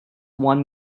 one